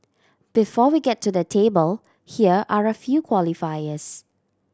before we get to the table here are a few qualifiers